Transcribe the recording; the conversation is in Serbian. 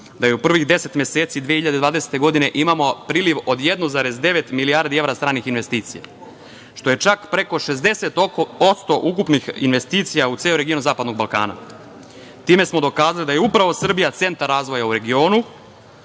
da je u prvih 10 meseci 2020. godine imamo priliv od 1,9 milijardi evra stranih investicija, što je čak preko 60% ukupnih investicija u ceo region Zapadnog Balkana. Time smo dokazali da je upravo Srbija centar razvoja u regionu,